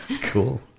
Cool